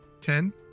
Ten